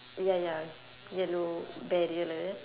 ya ya yellow barrier like that